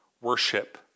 worship